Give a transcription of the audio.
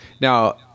Now